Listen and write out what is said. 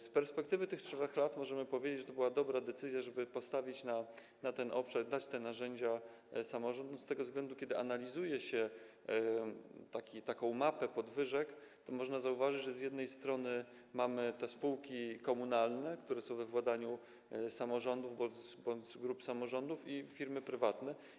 Z perspektywy tych 3 lat możemy powiedzieć, że to była dobra decyzja, żeby postawić na ten obszar i dać te narzędzia samorządom, z tego względu, że kiedy analizuje się mapę podwyżek, można zauważyć, że z jednej strony mamy spółki komunalne, które są we władaniu samorządów bądź grup samorządów, a z drugiej - firmy prywatne.